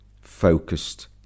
focused